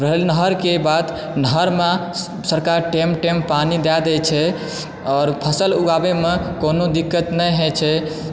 रहल नहरके बात नहरमे सरकार टाइम टाइम पानी दए दै छै आओर फसल उगाबयमे कोनो दिकक्त नहि होयत छै